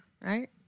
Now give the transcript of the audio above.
right